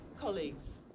colleagues